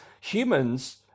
humans